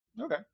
Okay